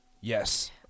Yes